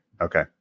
Okay